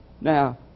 Now